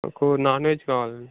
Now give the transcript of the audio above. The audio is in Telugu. నాకు నాన్ వెజ్ కావాలండి